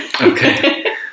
Okay